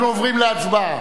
אנחנו עוברים להצבעה.